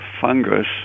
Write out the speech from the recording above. fungus